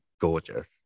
gorgeous